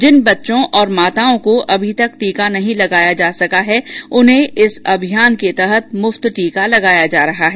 जिन बच्चों और माताओं को अभी तक टीका नहीं लगाया जा सका है उन्हें इस अभियान के तहत मुफ्त टीका लगाया जा रहा है